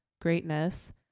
greatness